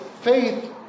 faith